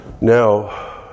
Now